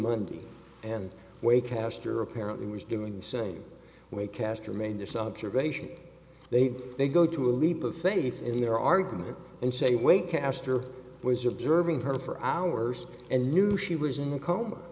monday and way caster apparently was doing the same way castro made this observation they did they go to a leap of faith in their argument and say wait caster was observing her for hours and knew she was in a coma